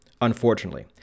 Unfortunately